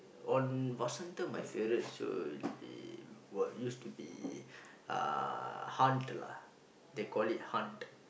on Vasantham my favourite show would be were used to be uh they call it Hant